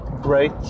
great